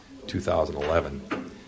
2011